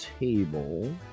table